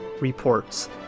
reports